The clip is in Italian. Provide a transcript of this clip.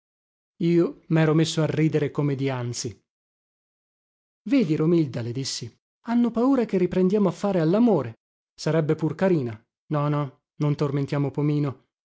io mero messo a ridere come dianzi vedi romilda le dissi hanno paura che riprendiamo a fare allamore sarebbe pur carina no no non tormentiamo pomino